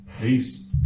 Peace